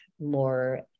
more